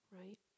Right